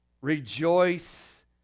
rejoice